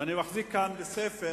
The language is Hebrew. ואני מחזיק כאן בספר